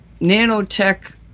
nanotech